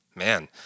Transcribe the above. Man